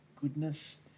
goodness